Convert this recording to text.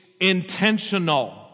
intentional